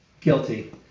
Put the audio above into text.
Guilty